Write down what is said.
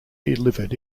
delivered